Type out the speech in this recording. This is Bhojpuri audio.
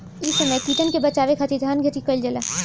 इ समय कीटन के बाचावे खातिर धान खेती कईल जाता